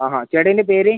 ആ ആ ചേട്ടാ ഇതിൻ്റെ പേര്